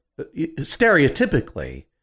stereotypically